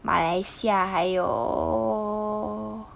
马来西亚还有